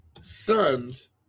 Sons